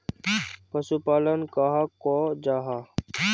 पशुपालन कहाक को जाहा?